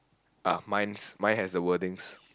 ah my my has the wordings